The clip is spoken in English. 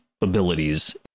abilities